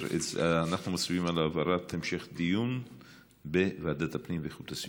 אנחנו מצביעים על העברה להמשך דיון בוועדת הפנים ואיכות הסביבה.